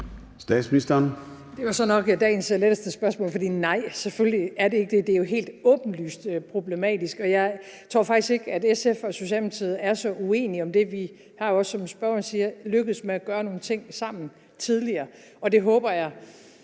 Frederiksen): Det var så nok dagens letteste spørgsmål, for nej, selvfølgelig er den ikke det. Det er jo helt åbenlyst problematisk, og jeg tror faktisk ikke, at SF og Socialdemokratiet er så uenige om det. Vi er også, som spørgeren siger, tidligere lykkedes med at gøre nogle ting sammen, og det håber jeg